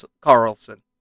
Carlson